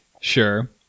sure